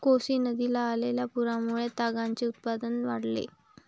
कोसी नदीला आलेल्या पुरामुळे तागाचे उत्पादन वाढले